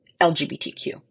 LGBTQ